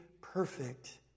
perfect